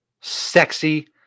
Sexy